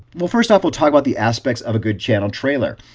well first off, we'll talk about the aspects of a good channel trailer.